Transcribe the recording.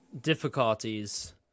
difficulties